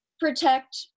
protect